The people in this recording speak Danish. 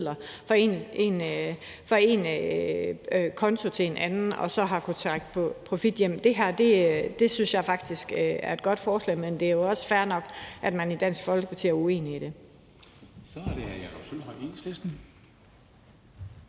midler fra en konto til en anden og så har kunnet trække profit hjem. Det her synes jeg faktisk er et godt forslag, men det er jo også fair nok, at man i Dansk Folkeparti er uenig i det.